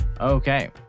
Okay